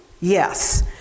Yes